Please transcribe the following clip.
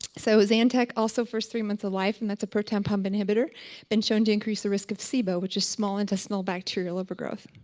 so zantac also first three months of life and that's a proton pump inhibitor been shown to increase a risk of sibo which is small intestinal bacterial overgrowth.